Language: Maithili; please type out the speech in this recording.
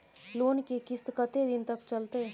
लोन के किस्त कत्ते दिन तक चलते?